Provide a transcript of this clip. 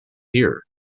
here